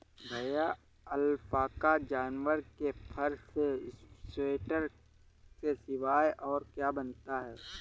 भैया अलपाका जानवर के फर से स्वेटर के सिवाय और क्या बनता है?